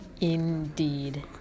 Indeed